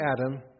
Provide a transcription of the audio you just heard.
Adam